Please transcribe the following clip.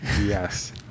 Yes